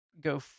go